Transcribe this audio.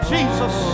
Jesus